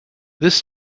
this